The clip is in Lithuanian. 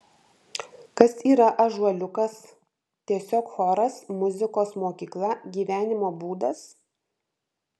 kas yra ąžuoliukas tiesiog choras muzikos mokykla gyvenimo būdas